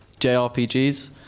JRPGs